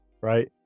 right